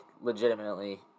legitimately